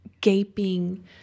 gaping